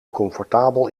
comfortabel